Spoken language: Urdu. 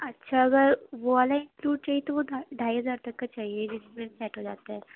اچھا اگر وہ والا انکلوڈ چاہیے تو وہ ڈھائی ہزار تک کا چاہیے جس میں یہ سیٹ ہو جاتا ہے